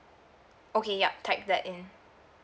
okay yup typed that in